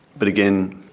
but again,